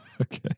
okay